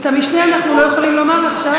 כן,